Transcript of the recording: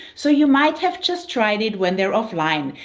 so you might have just tried it when they're offline.